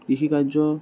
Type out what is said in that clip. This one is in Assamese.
কৃষি কাৰ্য